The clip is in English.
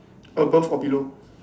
above or below